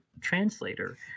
translator